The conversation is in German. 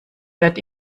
wird